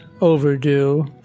overdue